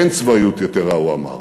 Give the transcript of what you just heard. אין צבאיות יתרה, הוא אמר.